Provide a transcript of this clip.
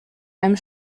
einem